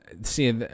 See